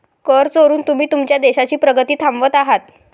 कर चोरून तुम्ही तुमच्या देशाची प्रगती थांबवत आहात